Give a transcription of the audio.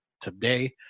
today